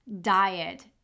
diet